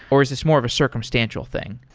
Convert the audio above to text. or is this more of a circumstantial thing?